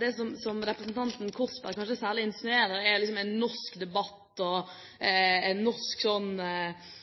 det som representanten Korsberg særlig insinuerer, at dette er en norsk debatt og